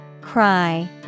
Cry